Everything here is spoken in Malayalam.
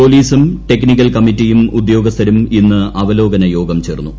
പോലീസും ടെക്നിക്കൽ കമ്മിറ്റിയും ഉദ്യോഗസ്ഥരും ഇന്ന് അവലോകനയോഗം ചേർന്നു